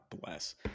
bless